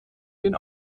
den